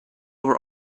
our